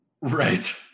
Right